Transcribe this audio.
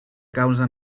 causa